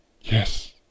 yes